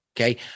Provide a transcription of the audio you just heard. Okay